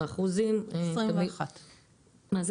18%. 21% לא,